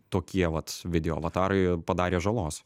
tokie vat video avatarai padarė žalos